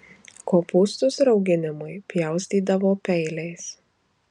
kopūstus rauginimui pjaustydavo peiliais